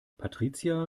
patricia